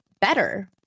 better